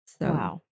Wow